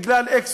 בגלל x,